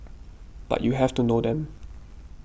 but you have to know them